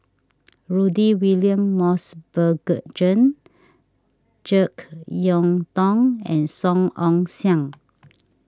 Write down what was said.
Rudy William Mosbergen Jane Jek Yeun Thong and Song Ong Siang